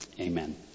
Amen